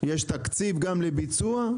יש תקציב לביצוע?